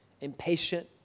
impatient